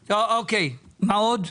אוקיי, מה עוד?